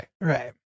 right